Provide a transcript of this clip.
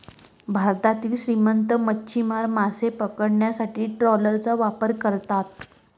भारतातील श्रीमंत मच्छीमार मासे पकडण्यासाठी ट्रॉलरचा वापर करतात